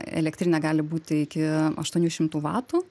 elektrinė gali būti iki aštuonių šimtų vatų